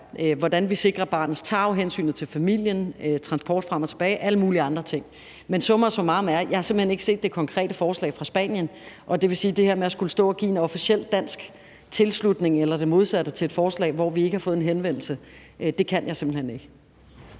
hvordan vi sikrer barnets tarv, hensynet til familien, transport frem og tilbage og alle mulige andre ting. Men summa summarum er, at jeg simpelt hen ikke har set det konkrete forslag fra Spanien. Og det vil sige, at det her med at skulle stå og give en officiel dansk tilslutning eller det modsatte til et forslag, hvor vi ikke har fået en henvendelse, kan jeg simpelt hen ikke.